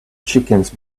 chickens